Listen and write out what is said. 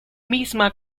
misma